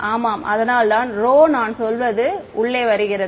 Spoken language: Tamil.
ஆமாம் அதனால்தான் ρ நான் சொல்வது உள்ளே வருகிறது